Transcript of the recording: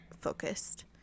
focused